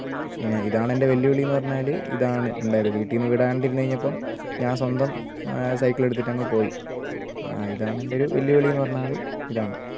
പിന്നെ ഇതാണ് എൻ്റെ വെല്ലുവിളി എന്ന് പറഞ്ഞാൽ ഇതാണ് ഉണ്ടായത് വീട്ടിൽ നിന്ന് വിടാണ്ട് ഇരുന്ന് കഴിഞ്ഞപ്പോൾ ഞാൻ സ്വന്തം സൈക്കിൾ എടുത്തിട്ട് അങ്ങ് പോയി ഇതാണ് എൻ്റെ ഒരു വെല്ലുവിളി എന്ന് പറഞ്ഞാൽ ഇതാണ്